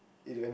even~